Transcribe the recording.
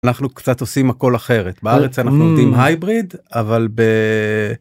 אנחנו קצת עושים הכל אחרת, בארץ אנחנו עובדים הייבריד אבל ב...